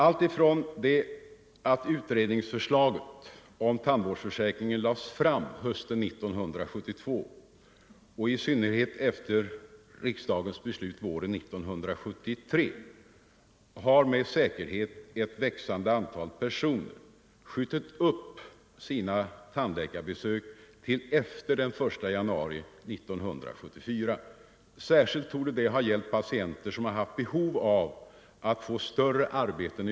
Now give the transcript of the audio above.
Alltifrån det att utredningsförslaget om tandvårdsförsäkringen lades fram hösten 1972 och i synnerhet efter riksdagens beslut våren 1973 har med säkerhet ett växande antal personer skjutit upp sina tandläkarbesök till efter den 1 januari 1974. Särskilt torde det ha gällt patienter som har haft behov av större arbeten.